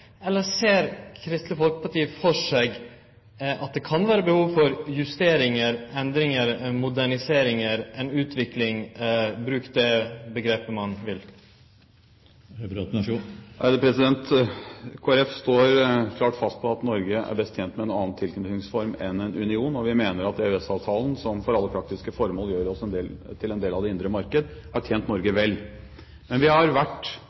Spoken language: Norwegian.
eller ser Kristeleg Folkeparti for seg at det kan vere behov for justeringar, endringar, modernisering, utvikling – ein kan bruke det omgrepet ein vil? Kristelig Folkeparti står klart fast på at Norge er best tjent med en annen tilknytningsform enn en union, og vi mener at EØS-avtalen som for alle praktiske formål gjør oss til en del av det indre marked, har tjent Norge vel. Men vi har vært